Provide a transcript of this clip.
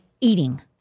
eating